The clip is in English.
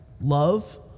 Love